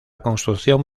construcción